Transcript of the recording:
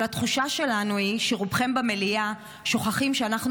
אבל התחושה שלנו היא שרובכם במליאה שוכחים שאנחנו